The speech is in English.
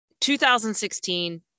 2016